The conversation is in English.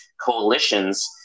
coalitions